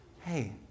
hey